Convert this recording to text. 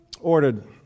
ordered